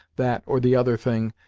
that, or the other thing,